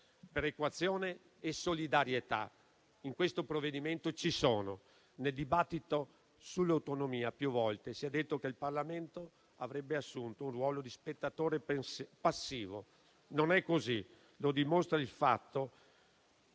Perequazione e solidarietà in questo provvedimento ci sono. Nel dibattito sull'autonomia, più volte si è detto che il Parlamento avrebbe assunto un ruolo di spettatore passivo. Non è così e lo dimostra il fatto